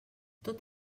tot